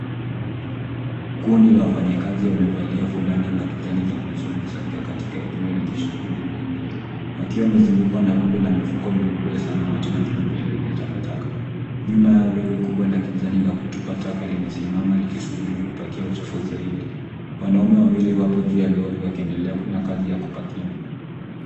Kundi la wafanyakazi wamevalia fulana za kijani kibichi wamekusanyika katika eneo lenye shughuli nyingi wakiwa wamezungukwa na rundo la mifuko mikubwa ya samawati na nyeupe iliyojaa takataka nyuma yao lori kubwa la kijani la kutupa taka limesimama likisubiri kupakiwa uchafu zaidi wanaume wawili wapo juu ya lori wakiendelea na kazi ya kupakia.